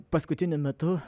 paskutiniu metu